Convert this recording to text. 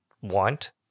want